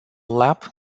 lap